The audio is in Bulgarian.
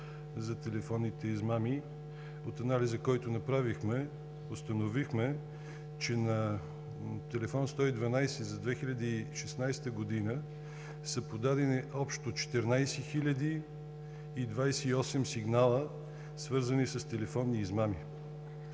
за телефонните измами. От анализа, който направихме, установихме, че за 2016 г. на тел. 112 са подадени общо 14 хил. 28 сигнала, свързани с телефонни измами.